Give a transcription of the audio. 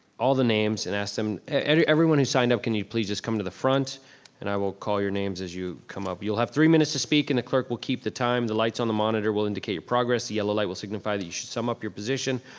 all the names and ask them, everyone who signed up, can you please just come to the front and i will call your names as you come up. you'll have to, three minutes to speak and the clerk will keep the time. the lights on the monitor will indicate progress. the yellow light will signify that you should sum up your position,